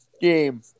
Game